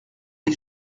est